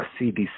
CDC